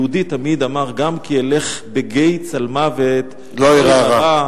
יהודי תמיד אמר: "גם כי אלך בגיא צלמות" "לא אירא רע".